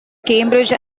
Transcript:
cambridge